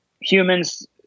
Humans